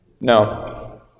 No